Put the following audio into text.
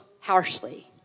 harshly